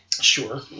Sure